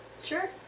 Sure